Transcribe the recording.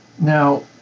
now